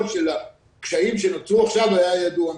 של הקשיים שנוצרו עכשיו היה ידוע מראש.